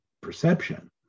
perception